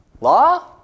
law